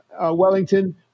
Wellington